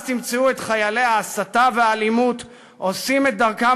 אז תמצאו את חיילי ההסתה והאלימות עושים את דרכם